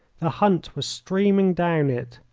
the hunt was streaming down it.